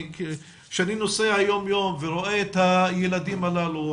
כשאני נוסע יום-יום ורואה את הילדים הללו,